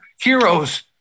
heroes